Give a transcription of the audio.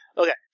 Okay